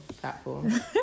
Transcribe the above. platform